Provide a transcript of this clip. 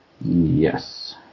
Yes